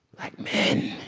like men.